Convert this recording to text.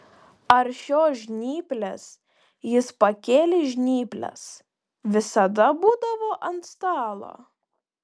ar šios žnyplės jis pakėlė žnyples visada būdavo ant stalo